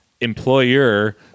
employer